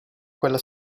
quella